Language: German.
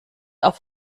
auf